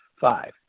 Five